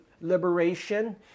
liberation